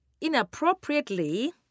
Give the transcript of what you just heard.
inappropriately